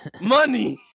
Money